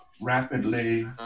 rapidly